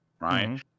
right